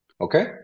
Okay